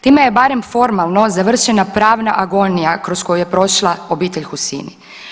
Time je barem formalno završena pravna agonija kroz koju je prošla obitelj Husini.